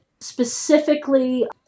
Specifically